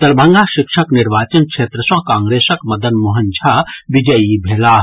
दरभंगा शिक्षक निर्वाचन क्षेत्र सॅ कांग्रेसक मदन मोहन झा विजयी भेलाह